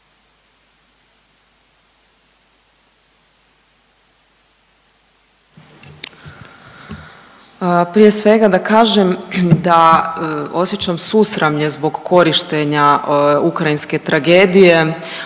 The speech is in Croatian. Prije svega da kažem da osjećam susramlje zbog korištenja ukrajinske tragedije